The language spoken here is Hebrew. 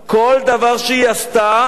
כל דבר שהיא עשתה,